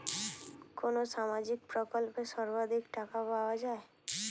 কোন সামাজিক প্রকল্পে সর্বাধিক টাকা পাওয়া য়ায়?